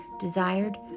desired